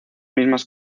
mismas